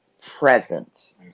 present